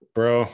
Bro